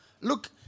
Look